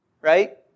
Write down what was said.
Right